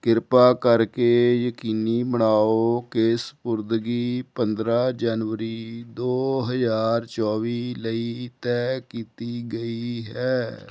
ਕਿਰਪਾ ਕਰਕੇ ਯਕੀਨੀ ਬਣਾਓ ਕਿ ਸਪੁਰਦਗੀ ਪੰਦਰਾਂ ਜਨਵਰੀ ਦੋ ਹਜ਼ਾਰ ਚੋਵੀ ਲਈ ਤਹਿ ਕੀਤੀ ਗਈ ਹੈ